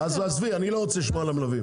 עזבי, אני לא רוצה לשמוע על המלווים.